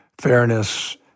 Fairness